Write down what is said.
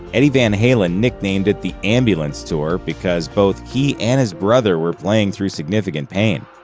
eddie van halen nicknamed it the ambulance tour because both he and his brother were playing through significant pain.